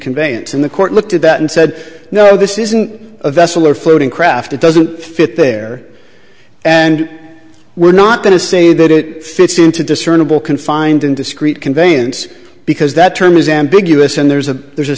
conveyance in the court looked at that and said no this isn't a vessel or floating craft it doesn't fit there and we're not going to say that it fits into discernible confined in discreet conveyance because that term is ambiguous and there's a there's a